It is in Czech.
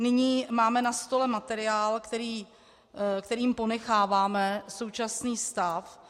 Nyní máme na stole materiál, kterým ponecháváme současný stav.